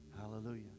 Hallelujah